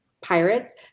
pirates